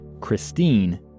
Christine